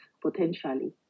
potentially